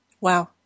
Wow